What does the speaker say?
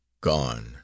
Gone